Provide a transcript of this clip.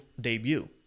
debut